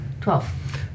Twelve